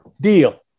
deal